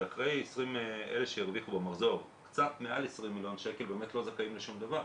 אבל אלה שהרוויחו במחזור קצת מעל 20 מיליון שקל לא זכאים לשום דבר.